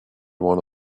one